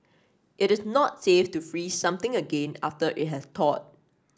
it is not safe to freeze something again after it has thawed